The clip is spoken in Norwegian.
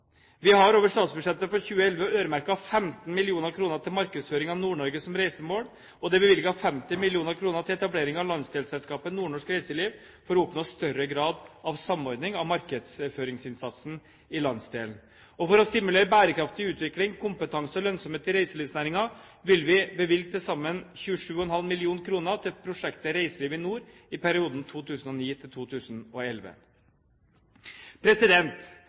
Vi har over statsbudsjettet for 2011 øremerket 15 mill. kr til markedsføring av Nord-Norge som reisemål, og det er bevilget 50 mill. kr til etablering av landsdelsselskapet NordNorsk Reiseliv for å oppnå større grad av samordning av markedsføringsinnsatsen i landsdelen. Og for å stimulere bærekraftig utvikling, kompetanse og lønnsomhet i reiselivsnæringen vil vi bevilge til sammen 27,5 mill. kr til prosjektet Reiseliv i Nord i perioden